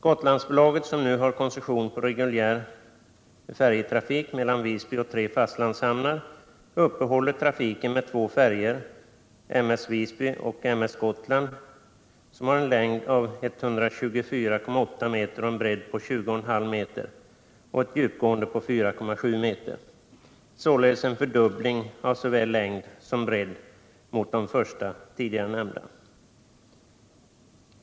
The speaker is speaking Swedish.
Gotlandsbolaget, som nu har koncession på reguljär färjetrafik mellan Visby och tre fastlandshamnar, uppehåller trafiken med två färjor, M S Gotland, som har en längd på 124,8 m, en bredd på 20,5 m och ett djupgående på 4,7 m — således en fördubbling av såväl längd som bredd mot tidigare.